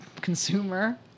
consumer